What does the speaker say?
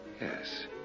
Yes